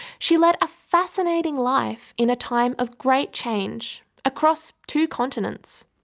she led a fascinating life in a time of great change across two continents.